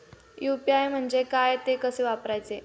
UPI म्हणजे काय, ते कसे वापरायचे?